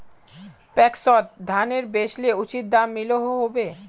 पैक्सोत धानेर बेचले उचित दाम मिलोहो होबे?